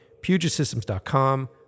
PugetSystems.com